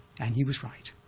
and he was right.